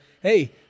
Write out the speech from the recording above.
hey